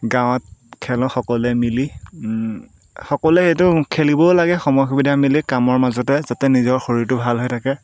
গাঁৱত খেলোঁ সকলোৱে মিলি সকলোৱে সেইটো খেলিবও লাগে সময় সুবিধা মিলি কামৰ মাজতে যাতে নিজৰ শৰীৰটো ভাল হৈ থাকে